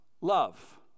love